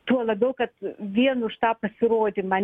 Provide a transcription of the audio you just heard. tuo labiau kad vien už tą pasirodymą